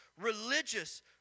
religious